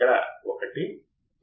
కాబట్టి ideal op amp కి current